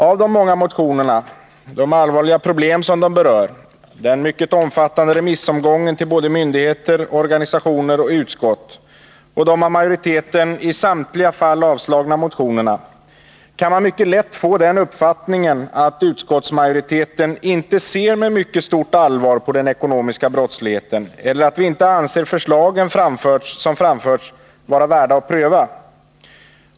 Av de många motionerna, de allvarliga problem som de berör, den mycket omfattande remissomgången till både myndigheter, organisationer och utskott och de av majoriteten i samtliga fall avstyrkta motionsyrkandena, kan man mycket lätt få den uppfattningen att utskottsmajoriteten inte ser med mycket stort allvar på den ekonomiska brottsligheten eller att vi inte anser de framförda förslagen vara värda att pröva.